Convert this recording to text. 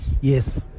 Yes